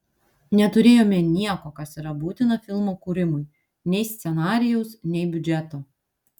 neturėjome nieko kas yra būtina filmo kūrimui nei scenarijaus nei biudžeto